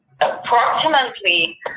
approximately